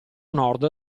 nord